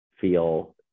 feel